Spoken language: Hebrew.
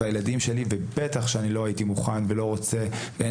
הילדים שלי ובטח שלא הייתי מוכן ולא רוצה ואין